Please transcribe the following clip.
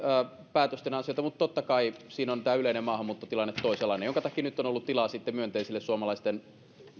päätösten ansiota mutta totta kai tämä yleinen maahanmuuttotilanne on toisenlainen minkä takia nyt on ollut tilaa sitten myönteisille suomalaisten